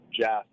Jeff